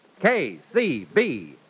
KCB